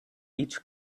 each